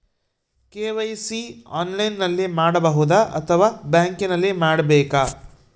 KYC ಆನ್ಲೈನಲ್ಲಿ ಮಾಡಬಹುದಾ ಅಥವಾ ಬ್ಯಾಂಕಿನಲ್ಲಿ ಮಾಡ್ಬೇಕಾ?